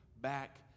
back